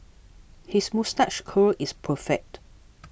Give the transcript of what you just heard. his moustache curl is perfect